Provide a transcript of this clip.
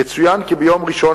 יצוין כי ביום ראשון,